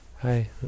Hi